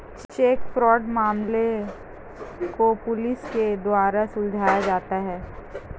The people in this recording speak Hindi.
चेक फ्राड मामलों को पुलिस के द्वारा सुलझाया जाता है